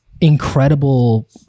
incredible